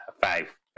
five